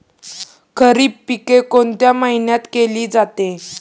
खरीप पिके कोणत्या महिन्यात केली जाते?